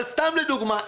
אבל סתם לדוגמה,